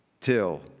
till